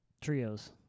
Trios